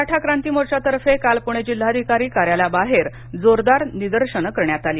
मराठा क्रांती मोर्चातर्फे काल पूणे जिल्हाधिकारी कार्यालयाबाहेर जोरदार निदर्शनं करण्यात आली